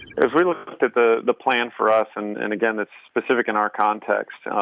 as we look at the the plan for us, and and again it's specific in our context,